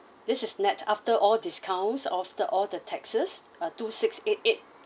this is nett after all discounts off the all the taxes uh two six eight eight